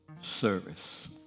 service